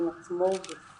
בזום